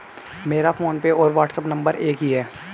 मेरा फोनपे और WhatsApp number एक ही है